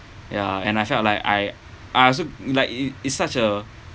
ya and I felt like I I also like it it's such a